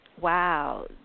wow